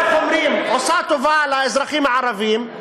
איך אומרים, עושה טובה לאזרחים הערבים,